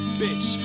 bitch